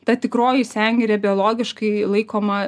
ta tikroji sengirė biologiškai laikoma